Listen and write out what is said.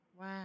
Wow